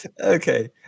okay